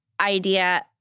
idea